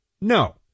No